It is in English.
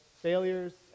Failures